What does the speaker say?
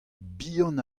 bihan